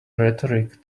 rhetoric